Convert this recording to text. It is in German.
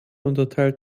unterteilt